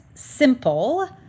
Simple